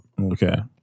Okay